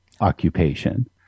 occupation